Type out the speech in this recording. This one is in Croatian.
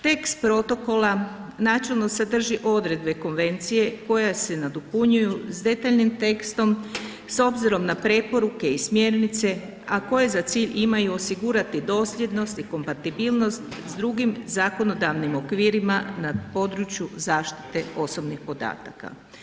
Tekst protokola načelno se drži odredbe konvencije koja se nadopunjuju s detaljnim tekstom s obzirom na preporuke i smjernice, a koje za cilj imaju osigurati dosljednost i kompatibilnost s drugim zakonodavnim okvirima na području zaštite osobnih podataka.